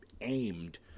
aimed